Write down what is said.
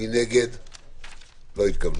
ההסתייגות לא התקבלה.